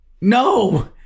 No